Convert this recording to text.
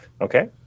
Okay